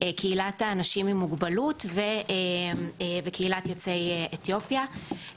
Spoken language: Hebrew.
קהילת האנשים עם מוגבלות וקהילת יוצאי אתיופיה.